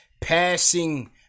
Passing